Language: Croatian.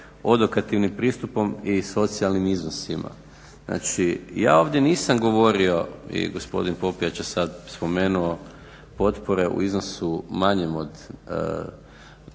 odokativnim pristupom i socijalnim iznosima. Znači, ja ovdje nisam govorio i gospodin Popijač je sad spomenuo potpore u iznosu manjem od